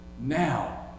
now